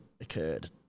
occurred